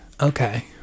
okay